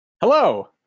Hello